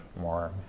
more